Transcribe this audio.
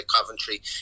Coventry